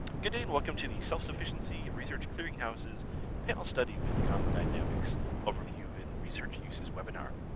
good day and welcome to the self-sufficiency research clearinghouse's panel study of income dynamics overview and research uses webinar.